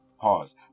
pause